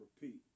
repeat